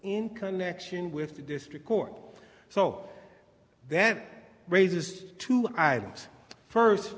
in connection with the district court so that raises two items first